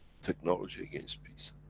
technology gains peace.